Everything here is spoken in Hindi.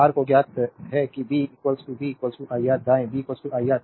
R को ज्ञात है कि b b iR दायां b iR तो 1 R i v